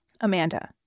amanda